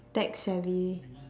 tech savvy